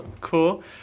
Cool